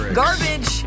garbage